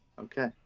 okay